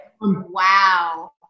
Wow